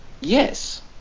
Yes